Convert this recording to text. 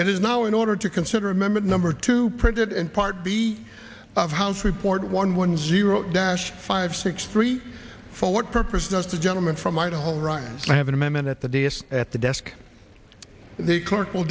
it is now in order to consider remembered number two printed in part b of house report one one zero dosh five six three for what purpose does the gentleman from idaho right have an amendment at the desk at the desk the clerk will